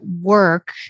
work